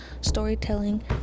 storytelling